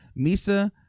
Misa